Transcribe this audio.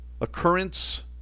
occurrence